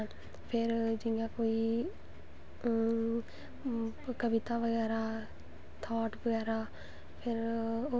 ठीक ऐ बत्ती आह्ली मशीन ऐ एह् होंदा ऐ कि जिन्ना तुस पैस्सा लाह्गे उन्नी गै चीज़ सफाई आंदी ऐ